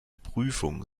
prüfung